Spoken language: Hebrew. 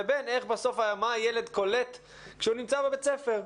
לבין בסוף מה הילד קולט כשהוא נמצא בבית הספר,